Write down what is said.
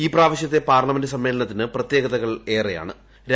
ഈ പ്രാവശ്യത്തെ പാർലമെന്റ് സമ്മേളനത്തിന് പ്രത്യേകതകൾ ഏറെയിന്റ്